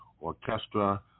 orchestra